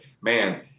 man